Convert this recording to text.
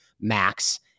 max